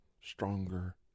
stronger